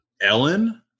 Ellen